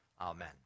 amen